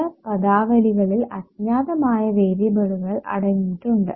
ചില പദാവലികളിൽ അജ്ഞാതമായ വേരിയബിളുകൾ അടങ്ങിയിട്ടുണ്ട്